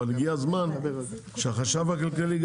אבל הגיע הזמן שגם החשב הכלכלי,